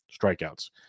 strikeouts